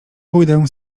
pójdę